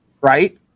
right